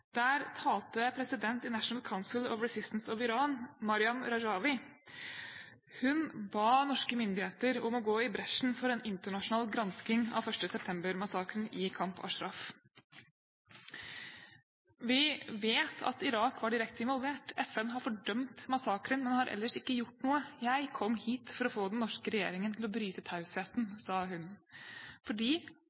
Der talte president i National Council of Resistance of Iran, Maryam Rajavi. Hun ba norske myndigheter om å gå i bresjen for en internasjonal gransking av 1. september-massakren i Camp Ashraf. Vi vet at Irak var direkte involvert, FN har fordømt massakren, men har ellers ikke gjort noe, jeg kom hit for å få den norske regjeringen til å bryte tausheten, sa hun, fordi